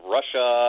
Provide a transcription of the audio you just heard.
Russia